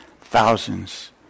thousands